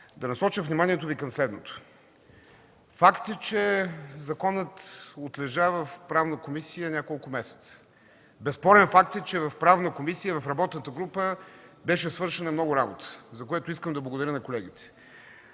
да насоча вниманието Ви към следното. Факт е, че законът отлежава в Правната комисия няколко месеца. Безспорен факт е, че в Правната комисия, в работната група беше свършена много работа, за което искам да благодаря на колегите.